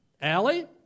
Allie